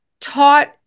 taught